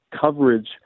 coverage